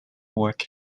work